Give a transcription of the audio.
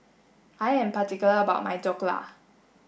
I am particular about my Dhokla